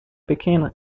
pequena